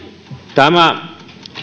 tämä